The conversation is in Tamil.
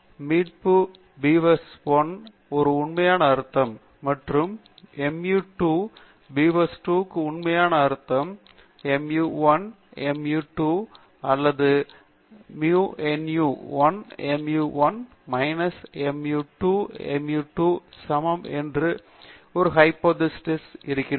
மீயு 1 என்பது பீவர்ஸ்1 க்கு ஒரு உண்மையான அர்த்தம் மற்றும் மீயு 2 என்பது பீவர்ஸ்2 க்கு ஒரு உண்மையான அர்த்தம் மற்றும் இங்கே மீயு 1 மீயு 2 அல்லது மீயு 1 மைனஸ் மீயு 2 சமம் என்று ஒரு ஹைப்போதீசிஸ் டெஸ்ட் நடத்தி